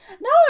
No